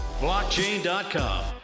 Blockchain.com